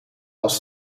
als